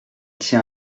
tient